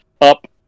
up